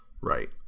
Right